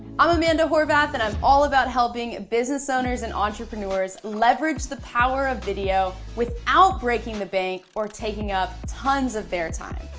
i'm amanda horvath and i'm all about helping business owners and entrepreneurs leverage the power of video without breaking the bank or taking up tons of their time.